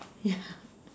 ya